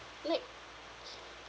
like